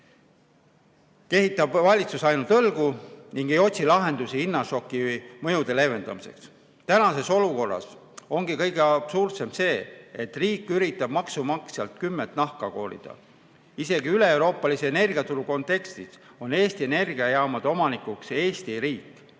kehitab valitsus ainult õlgu ega otsi lahendusi hinnašoki mõjude leevendamiseks. Tänases olukorras ongi kõige absurdsem see, et riik üritab maksumaksjalt kümmet nahka koorida. Isegi üleeuroopalise energiaturu kontekstis [tuleb arvestada], et Eesti Energia jaamade omanik on Eesti riik.